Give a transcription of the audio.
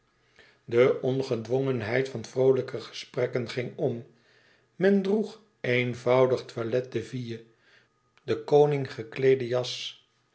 de ongedwongenheid van vroolijke gesprekken ging om men droeg eenvoudig toilet de ville de koning gekleede jas